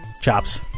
Chops